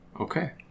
Okay